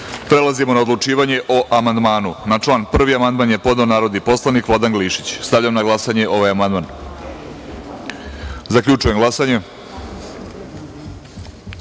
načelu. Prelazimo na odlučivanje o amandmanu. Na član 1. amandman je podneo narodni poslanik Vladan Glišić. Stavljam na glasanje ovaj amandman. Zaključujem glasanje: